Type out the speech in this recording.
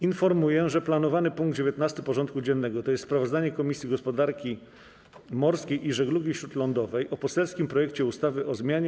Informuję, że planowany punkt 19. porządku dziennego, tj.: Sprawozdanie Komisji Gospodarki Morskiej i Żeglugi Śródlądowej o poselskim projekcie ustawy o zmianie